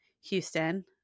Houston